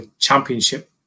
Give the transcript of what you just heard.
championship